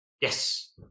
yes